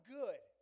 good